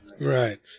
Right